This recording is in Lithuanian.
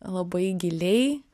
labai giliai